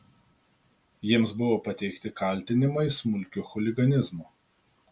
jiems buvo pateikti kaltinimai smulkiu chuliganizmu